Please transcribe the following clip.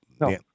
no